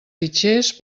fitxers